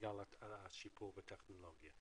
בגלל השיפור בטכנולוגיה.